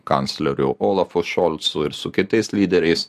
kancleriu olafu šolcu ir su kitais lyderiais